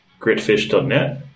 Gritfish.net